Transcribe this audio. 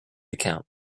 account